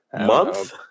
month